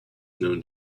known